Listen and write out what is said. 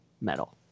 metal